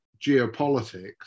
geopolitics